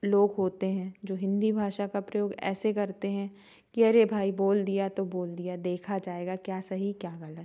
लोग होते हैं जो हिन्दी भाषा का प्रयोग ऐसे करते हैं कि अरे भाई बोल दिया तो बोल दिया देखा जाएगा क्या सही क्या गलत